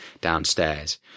downstairs